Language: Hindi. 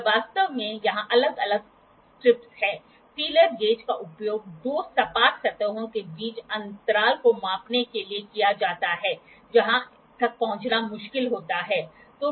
तो ये वास्तव में यहाँ अलग अलग स्ट्रिप्स हैं फीलर गेज का उपयोग दो सपाट सतहों के बीच के अंतराल को मापने के लिए किया जाता है जहां तक पहुंचना मुश्किल होता है